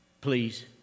Please